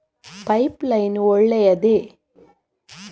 Pipe line ಒಳ್ಳೆಯದೇ?